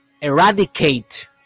eradicate